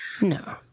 No